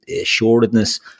assuredness